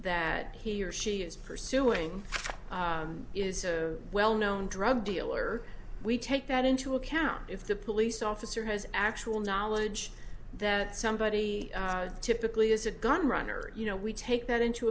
that he or she is pursuing is a well known drug dealer we take that into account if the police officer has actual knowledge that somebody typically has a gun runner you know we take that into